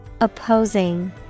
Opposing